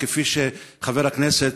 כפי שחבר הכנסת,